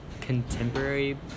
contemporary